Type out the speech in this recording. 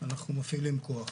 אנחנו מפעילים כוח.